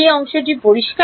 এই অংশটি কি পরিষ্কার